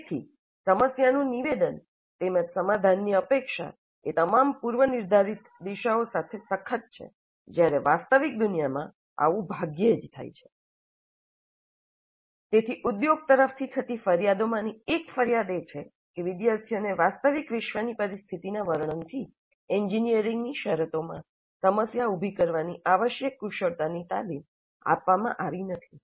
તેથી સમસ્યાનું નિવેદન તેમજ સમાધાનની અપેક્ષા એ તમામ પૂર્વ નિર્ધારિત દિશાઓ સાથે સખત છે જ્યારે વાસ્તવિક દુનિયામાં આવું ભાગ્યે જ થાય છે તેથી ઉદ્યોગ તરફથી થતી ફરિયાદમાંની એક ફરિયાદ એ છે કે વિદ્યાર્થીઓને વાસ્તવિક વિશ્વની પરિસ્થિતિના વર્ણનથી એન્જિનિયરિંગની શરતોમાં સમસ્યા ઉભી કરવાની આવશ્યક કુશળતાની તાલીમ આપવામાં આવી નથી